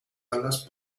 alas